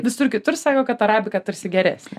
visur kitur sako kad arabika tarsi geresnė